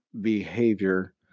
behavior